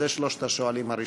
אלה שלושת השואלים הראשונים.